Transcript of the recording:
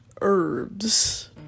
herbs